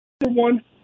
one